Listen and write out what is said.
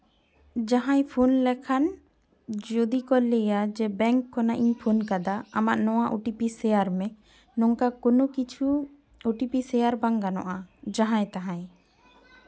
ᱡᱟᱦᱟᱸᱭ ᱯᱷᱳᱱ ᱞᱮᱠᱷᱟᱱ ᱡᱩᱫᱤ ᱠᱚ ᱞᱟᱹᱭᱟ ᱵᱮᱝᱠ ᱠᱷᱚᱱᱟᱜ ᱤᱧ ᱯᱷᱳᱱ ᱠᱟᱫᱟ ᱟᱢᱟᱜ ᱱᱚᱣᱟ ᱳ ᱴᱤ ᱯᱤ ᱥᱮᱭᱟᱨ ᱢᱮ ᱱᱚᱝᱠᱟ ᱠᱳᱱᱳ ᱠᱤᱪᱷᱩ ᱳ ᱴᱤ ᱯᱤ ᱥᱮᱭᱟᱨ ᱵᱟᱝ ᱜᱟᱱᱚᱜᱼᱟ ᱡᱟᱦᱟᱸᱭ ᱛᱟᱦᱟᱸᱭ